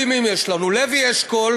שלושה תקדימים יש לנו: לוי אשכול,